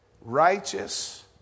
righteous